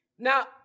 Now